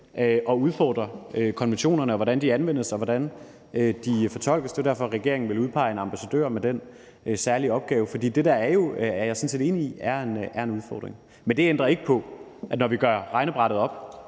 at udfordre konventionerne, altså at se på, hvordan de anvendes, og hvordan de fortolkes. Det er derfor, regeringen vil udpege en ambassadør med den særlige opgave, for jeg er sådan set enig i, at det der er en udfordring. Men det ændrer ikke på, at når vi gør regnebrættet op,